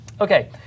Okay